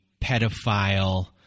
pedophile